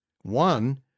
One